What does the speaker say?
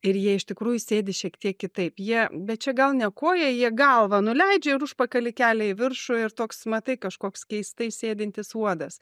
ir jie iš tikrųjų sėdi šiek tiek kitaip jie bet čia gal ne koja jie galvą nuleidžia ir užpakalį kelia į viršų ir toks matai kažkoks keistai sėdintis uodas